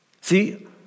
See